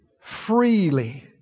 Freely